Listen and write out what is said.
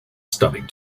stunning